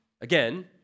Again